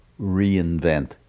reinvent